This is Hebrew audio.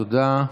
תודה.